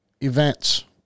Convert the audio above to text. events